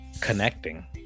connecting